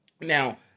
now